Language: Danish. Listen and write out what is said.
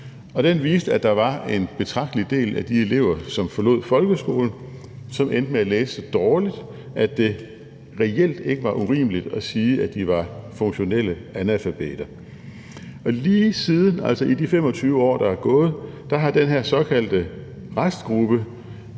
den viste, at der var en betragtelig del af de elever, som forlod folkeskolen, som endte med at læse så dårligt, at det reelt ikke var urimeligt at sige, at de var funktionelle analfabeter. Lige siden, altså i de 25 år, der er gået, har det at gøre den her såkaldte restgruppe